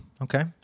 Okay